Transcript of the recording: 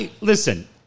Listen